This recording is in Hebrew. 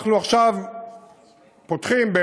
עכשיו אנחנו פותחים,